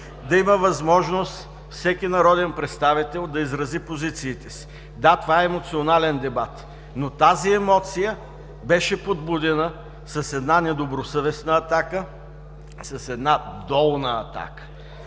да има възможност всеки народен представител да изрази позициите си. Да, това е емоционален дебат, но тази емоция беше подбудена с една недобросъвестна атака, с една долна атака.